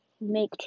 make